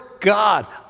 God